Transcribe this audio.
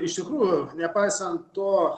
iš tikrųjų nepaisant to